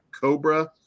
Cobra